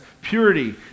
purity